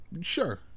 Sure